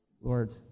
Lord